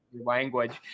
language